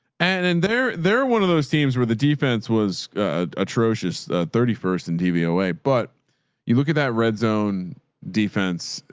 and they're, they're one of those teams where the defense was atrocious thirty first and dvo way. but you look at that red zone defense,